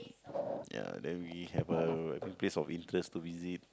ya then we have a think place of interest to visit